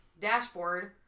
dashboard